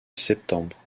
septembre